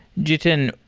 jiten,